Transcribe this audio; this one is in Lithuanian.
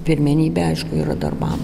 pirmenybė aišku yra darbams